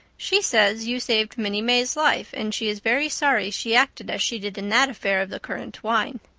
she says you saved minnie may's life, and she is very sorry she acted as she did in that affair of the currant wine.